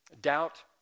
Doubt